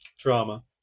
Drama